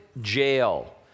jail